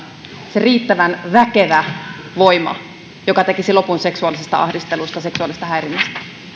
se riittävän väkevä voima joka tekisi lopun seksuaalisesta ahdistelusta seksuaalisesta häirinnästä